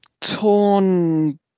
torn